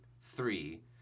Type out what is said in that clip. three